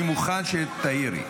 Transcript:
אני מוכן שתעירי.